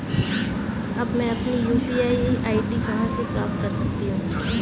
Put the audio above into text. अब मैं अपनी यू.पी.आई आई.डी कहां से प्राप्त कर सकता हूं?